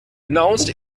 announced